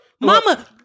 Mama